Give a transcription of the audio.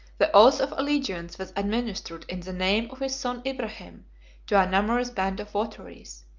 the oath of allegiance was administered in the name of his son ibrahim to a numerous band of votaries,